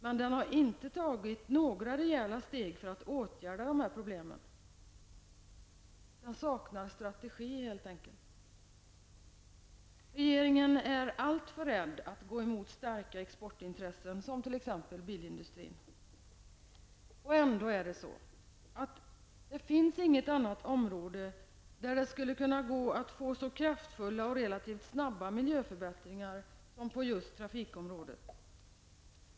Men den har inte tagit några rejäla steg för att åtgärda problemen. Den saknar helt enkelt en strategi. Regeringen är alltför rädd att gå emot starka exportintressen, t.ex. bilindustrin. Ändå går det inte att på något annat område få så kraftfulla och relativt snabba miljöförbättringar som det går att få på trafikområdet.